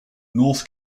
north